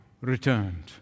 returned